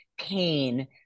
pain